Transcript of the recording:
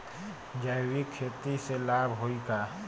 जैविक खेती से लाभ होई का?